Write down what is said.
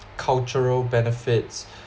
cultural benefits